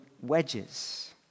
wedges